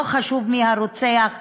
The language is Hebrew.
לא חשוב מי הרוצח,